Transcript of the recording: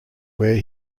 where